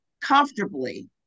comfortably